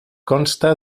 consta